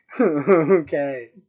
Okay